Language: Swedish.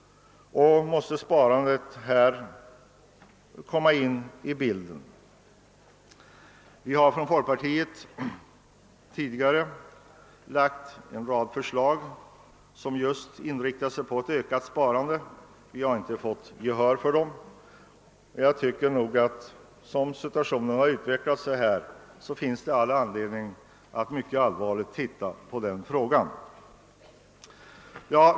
Här kommer sparandet in i bilden. Vi har inom folkpartiet tidigare lagt fram en rad förslag som inriktar sig just på att öka sparandet, men vi har inte vunnit gehör för dem. Som situationen har utvecklat sig tycker vi nog att det finns all anledning att mycket allvarligt studera den frågan.